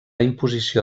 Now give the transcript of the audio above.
imposició